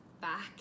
back